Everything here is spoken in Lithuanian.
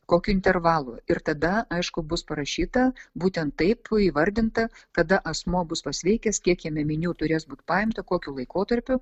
kokiu intervalu ir tada aišku bus parašyta būtent taip įvardinta kada asmuo bus pasveikęs kiek jam ėminių turės būt paimta kokiu laikotarpiu